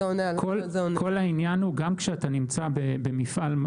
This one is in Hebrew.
גם כשאתה נמצא במפעל,